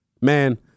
Man